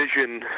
vision